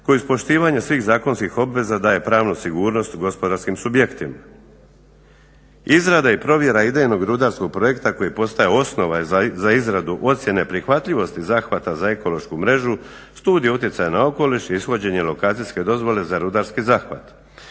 koji iz poštivanja svih zakonskih obveza daje pravnu sigurnost u gospodarskim subjektima. Izrada i provjera idejnog rudarskog projekta koji postaje osnova za izradu ocjene prihvatljivosti zahvata za ekološku mrežu, studije utjecaja na okoliš i ishođenje lokacijske dozvole za rudarski zahvat,